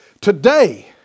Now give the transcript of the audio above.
Today